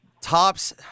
Tops